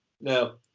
no